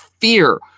fear